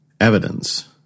evidence